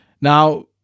Now